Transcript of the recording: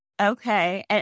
Okay